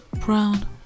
brown